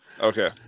Okay